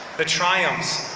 the triumphs,